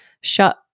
shut